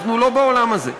אבל אנחנו לא בעולם הזה.